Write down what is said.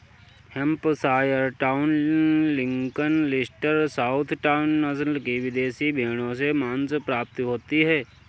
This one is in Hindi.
Hampshire town, Lincoln, Leicester, south town, नस्ल की विदेशी भेंड़ों से माँस प्राप्ति होती है